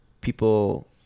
people